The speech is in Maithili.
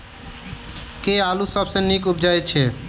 केँ आलु सबसँ नीक उबजय छै?